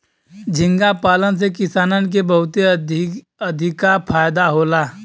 झींगा पालन से किसानन के बहुते अधिका फायदा होला